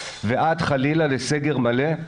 ועד חלילה לסגר מלא,